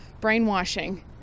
brainwashing